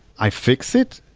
i fix it,